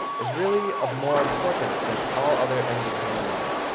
is really of more importance than all other ends in human life.